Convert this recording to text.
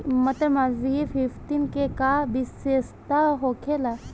मटर मालवीय फिफ्टीन के का विशेषता होखेला?